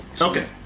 Okay